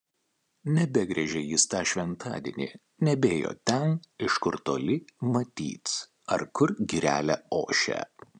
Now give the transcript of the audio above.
nebegriežė jis tą šventadienį nebėjo ten iš kur toli matyt ar kur girelė ošia